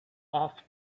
off